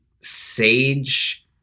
sage